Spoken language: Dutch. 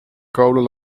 kolen